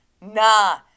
nah